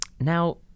now